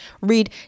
read